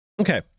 Okay